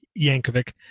Yankovic